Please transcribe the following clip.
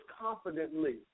confidently